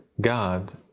god